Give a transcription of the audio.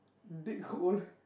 dig hole